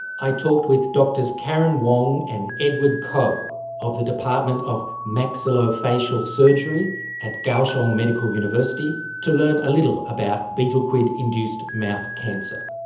i talked with drs karen wong and edward ko of the department of maxillofacial surgery at kaohsiung medical university to learn a little about betel quid induced mouth cancer.